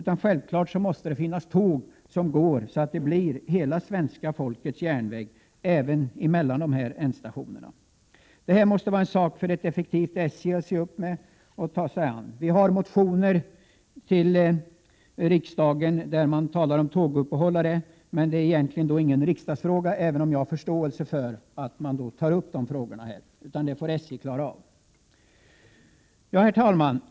En hela folkets järnväg måste ha tåg som stannar även mellan ändstationerna. Detta måste ett effektivt SJ se upp med och ta sig an. Visserligen finns det motioner till riksdagen som talar om tåguppehåll och liknande, med detta är egentligen ingen riksdagsfråga, även om jag har förståelse för att man tar upp de frågorna här, utan det får SJ klara av. Herr talman!